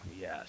Yes